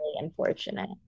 unfortunate